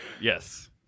Yes